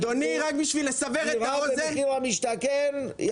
קיבלו דירה במחיר למשתכן.